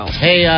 Hey